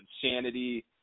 insanity